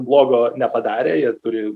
blogo nepadarė jie turi